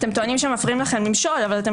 אתם טוענים שמפריעים לכם למשול אבל אתם